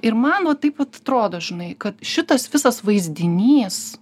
ir man va taip vat atrodo žinai kad šitas visas vaizdinys